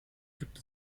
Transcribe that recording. gibt